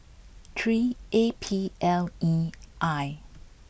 three A P L E I